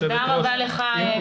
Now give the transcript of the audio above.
תודה רבה לך, פרופ' פרידמן.